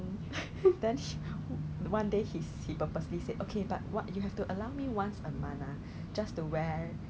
so they give you they actually provide you with a list of hawker centre around your area to use